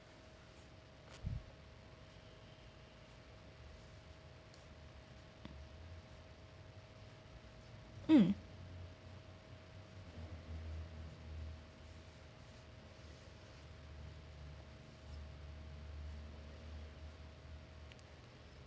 mm